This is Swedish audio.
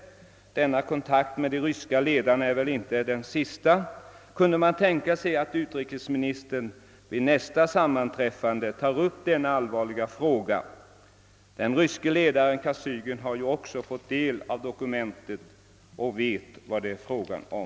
Denna kontakt med de ryska ledarna är väl inte den sista. Kunde man tänka sig att utrikesministern vid nästa sammanträffande tar upp denna allvarliga fråga? Den ryske ledaren Kosygin har ju också fått del av dokumentet och vet vad det är fråga om.